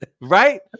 Right